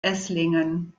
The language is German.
esslingen